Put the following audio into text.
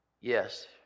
Yes